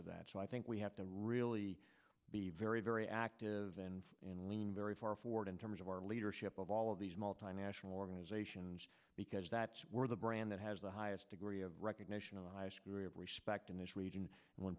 of that so i think we have to really be very very active and and lean very far forward in terms of our leadership of all of these multinational organizations because that's where the brand that has the highest degree of recognition of the highest degree of respect in this region